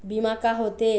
बीमा का होते?